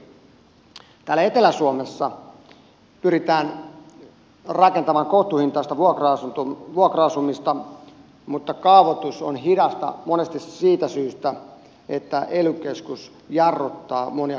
täällä etelä suomessa pyritään rakentamaan kohtuuhintaista vuokra asumista mutta kaavoitus on hidasta monesti siitä syystä että ely keskus jarruttaa monia kaavoitusprosesseja